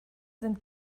sind